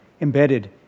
embedded